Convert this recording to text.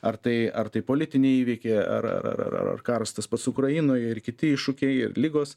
ar tai ar tai politiniai įvykiai ar ar ar ar karas tas pats ukrainoje ir kiti iššūkiai ir ligos